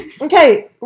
Okay